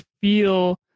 feel